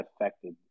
affected